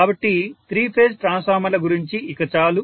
కాబట్టి three phase ట్రాన్స్ఫార్మర్ల గురించి ఇక చాలు